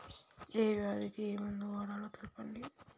ఏ వ్యాధి కి ఏ మందు వాడాలో తెల్పండి?